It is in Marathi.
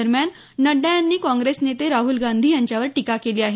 दरम्यान नड्डा यांनी काँग्रेस नेते राहुल गांधी यांच्यावर टीका केली आहे